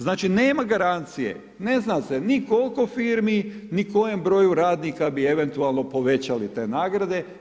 Znači, nema garancije, ne zna se ni koliko firmi, ni kojem broju radnika bi eventualno povećali te nagrade.